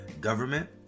government